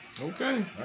Okay